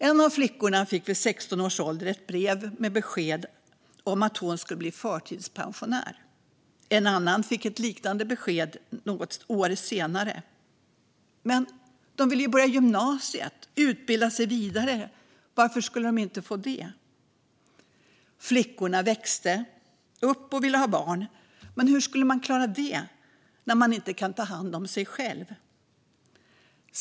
En av flickorna fick vid 16 års ålder ett brev med besked om att hon skulle bli förtidspensionär. En annan fick ett liknande besked något år senare. Men de ville ju börja gymnasiet och utbilda sig vidare! Varför skulle de inte få det? Flickorna växte upp och ville ha barn, men hur skulle man klara det när man inte kan ta hand om sig själv?